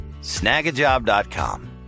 Snagajob.com